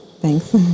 Thanks